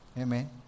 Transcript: Amen